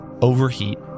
Overheat